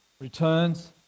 returns